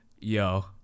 Yo